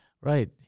Right